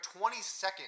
22nd